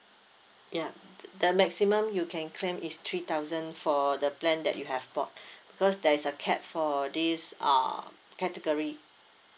ya the maximum you can claim is three thousand for the plan that you have bought because there is a cap for this uh category